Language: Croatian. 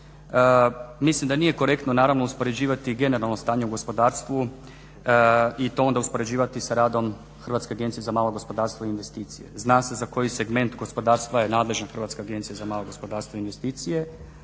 Mislim da nije korektno naravno uspoređivati generalno stanje u gospodarstvu i to onda uspoređivati sa radom Hrvatske agencije za malo gospodarstvo i investicije. Zna se za koji segment gospodarstva je nadležna Hrvatska agencija za malo gospodarstvo i investicije.